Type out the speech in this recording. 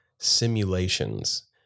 simulations